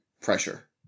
pressure